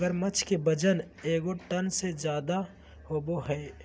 मगरमच्छ के वजन एगो टन से ज्यादा होबो हइ